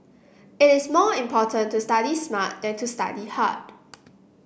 it is more important to study smart than to study hard